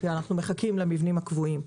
כי אנחנו מחכים למבנים הקבועים.